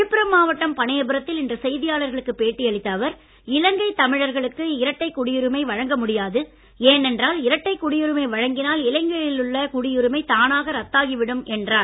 விழுப்புரம் மாவட்டம் பனையபுரத்தில் இன்று செய்தியாளர்களுக்கு பேட்டியளித்த அவர் இலங்கை தமிழர்களுக்கு இரட்டை குடியுரிமை வழங்க முடியாது ஏனென்றால் இரட்டைக் குடியுரிமை வழங்கினால் இலங்கையிலுள்ள குடியுரிமை தானாக ரத்தாகிவிடும் என்றார்